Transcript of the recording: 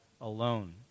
alone